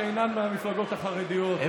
שאינן מהמפלגות החרדיות,